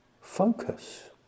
focus